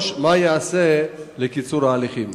מה ייעשה לקיצור ההליכים?